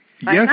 Yes